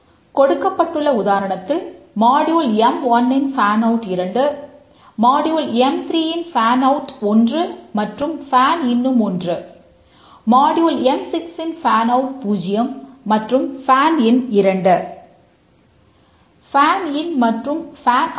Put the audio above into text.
கொடுக்கப்பட்டுள்ள உதாரணத்தில் module M one 2